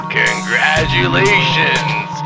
congratulations